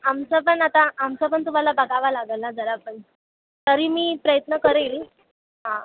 आमचं पण आता आमचं पण तुम्हाला बघावं लागेल ना जरा पण तरी मी प्रयत्न करेन हां